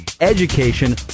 education